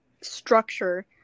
structure